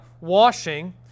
washing